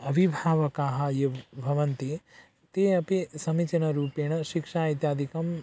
अविभावकाः एव भवन्ति ते अपि समीचीन रूपेण शिक्षा इत्यादिकम्